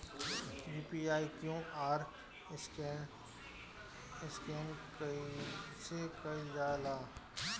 UPI QR scan कइसे कईल जा ला?